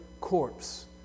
corpse